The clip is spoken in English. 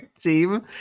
team